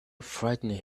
frightened